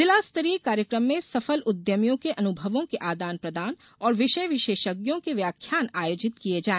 जिलास्तरीय कार्यक्रम में सफल उद्यमियों के अनुभवों के आदान प्रदान और विषय विशेषज्ञों के व्याख्यान आयोजित किये जाए